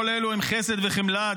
כל אלו הם חסד וחמלה,